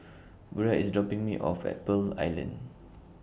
Burrel IS dropping Me off At Pearl Island